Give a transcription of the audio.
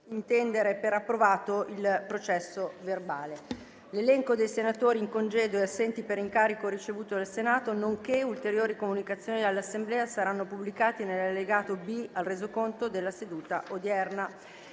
link apre una nuova finestra"). L'elenco dei senatori in congedo e assenti per incarico ricevuto dal Senato, nonché ulteriori comunicazioni all'Assemblea saranno pubblicati nell'allegato B al Resoconto della seduta odierna.